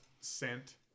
scent